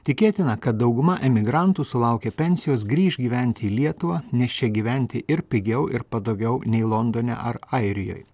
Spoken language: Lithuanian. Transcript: tikėtina kad dauguma emigrantų sulaukę pensijos grįš gyventi į lietuvą nes čia gyventi ir pigiau ir patogiau nei londone ar airijoj